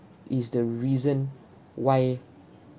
is the reason why